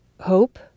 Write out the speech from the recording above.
hope